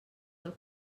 del